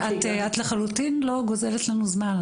את לחלוטין לא גוזלת לנו זמן,